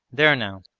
there now,